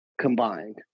combined